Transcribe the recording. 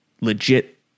legit